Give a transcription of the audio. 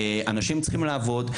אנשים צריכים לעבוד.